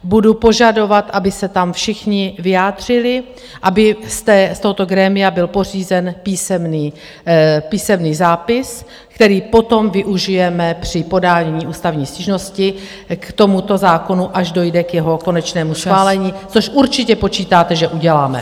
Budu požadovat, aby se tam všichni vyjádřili, aby z tohoto grémia byl pořízen písemný zápis, který potom využijeme při podání ústavní stížnosti k tomuto zákonu, až dojde k jeho konečnému schválení, což určitě počítáte, že uděláme.